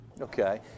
Okay